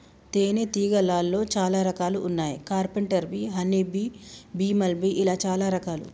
తేనే తీగలాల్లో చాలా రకాలు వున్నాయి carpenter bee honey bee, bumble bee ఇలా చాలా రకాలు